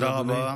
תודה רבה.